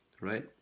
right